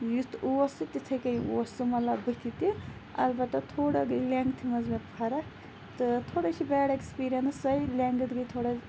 یُتھ اوس تہِ تِتھے کنۍ اوس سُہ مَطلَب بٕتھِ تہٕ اَلبَتہ تھوڑا گٔے لینٛگتھہِ مَنٛز مےٚ فَرَق تہٕ تھوڑا چھُ بیٚڑ ایٚکٕسپیٖرینٕس سوے لینٛگتھ گٔے تھوڑا